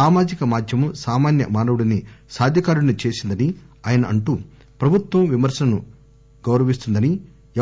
సామాజిక మాధ్యమం సామాన్య మానవుడిని సాధికారుడిని చేసిందని ఆయన అంటూ ప్రభుత్వం విమర్పను గౌరవిస్తుందని